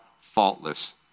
faultless